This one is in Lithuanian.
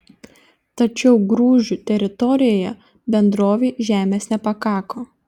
tačiau grūžių teritorijoje bendrovei žemės nepakako